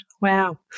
wow